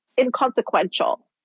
inconsequential